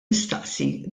nistaqsi